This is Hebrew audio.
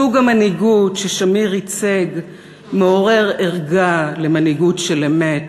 סוג המנהיגות ששמיר ייצג מעורר ערגה למנהיגות של אמת,